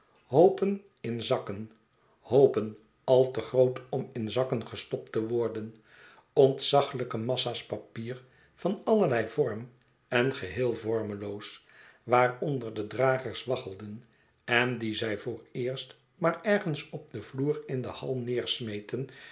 in zakken hoopen al te groot om in zakken gestopt te worden ontzaglijke massa's papier van allerlei vorm en geheel vormeloos waaronder de dragers waggelden en die zij vooreerst maar ergens op den vloer in de hall